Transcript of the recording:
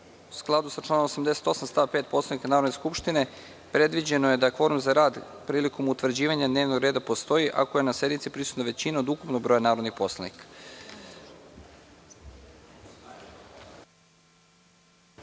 u skladu sa članom 88. stav 5. Poslovnika Narodne skupštine, predviđeno da kvorum za rad prilikom utvrđivanja dnevnog reda postoji ako je na sednici prisutna većina od ukupnog broja narodnih